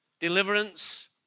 deliverance